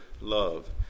love